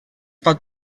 pot